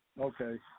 Okay